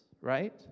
right